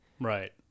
right